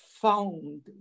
found